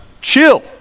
chill